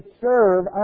serve